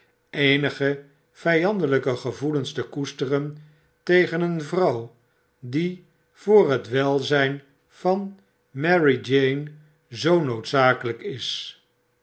eenige vijandige gevoelens te koesteren tegen een vrouw die voor het welzijn van marie jane zoo noodzakelijk is